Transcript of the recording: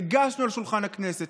הנחנו על שולחן הכנסת.